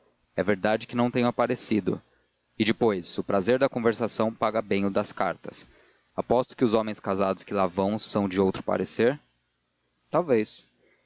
e verdade que não tenho aparecido e depois o prazer da conversação paga bem o das cartas aposto que os homens casados que lá vão são de outro parecer talvez